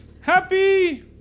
Happy